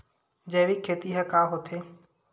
जैविक खेती ह का होथे?